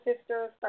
Sisters